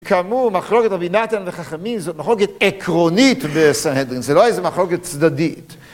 כאמור, מחלוקת רבי נתן וחכמים זאת מחלוקת עקרונית בסנהדרין, זה לא איזה מחלוקת צדדית.